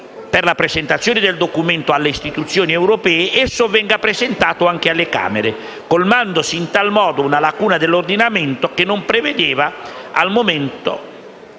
per la presentazione del Documento alle istituzioni europee, esso venga presentato anche alle Camere, colmandosi in tal modo una lacuna dell'ordinamento, che non prevede al momento